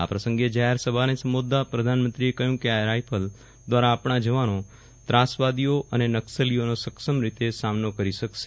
આ પ્રસંગે જાહેર સભાને સંબોધતા પ્રધાનમંત્રીએ કહ્યુ કે આ રાયફલ દ્રારા આપણા જવાનો ત્રાસવાદીઓ અને નકશલીઓનો સક્ષમ રીતે સામનો કરી શકશે